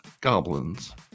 Goblins